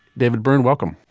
david byrne welcome.